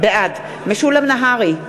בעד משולם נהרי,